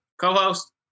Co-host